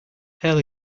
hell